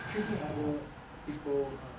treating other people uh